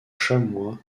chamois